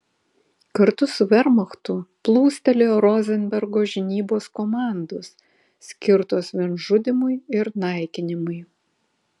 kartu su vermachtu plūstelėjo rozenbergo žinybos komandos skirtos vien žudymui ir naikinimui